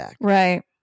right